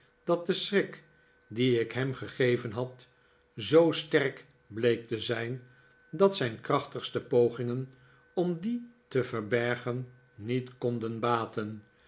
dat de schrik dien ik hem gegeven had zoo sterk bleek te zijn dat zijn krachtigste pogingen om dien te verbergen niet konden baten